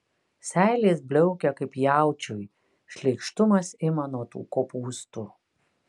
seilės bliaukia kaip jaučiui šleikštumas ima nuo tų kopūstų